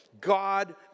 God